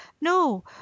No